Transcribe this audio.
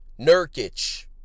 Nurkic